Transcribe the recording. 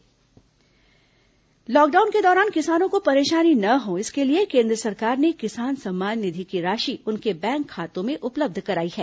केन्द्र योजना हितग्राही लॉकडाउन के दौरान किसानों को परेशानी न हो इसके लिए केन्द्र सरकार ने किसान सम्मान निधि की राशि उनके बैंक खातों में उपलब्ध कराई है